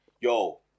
yo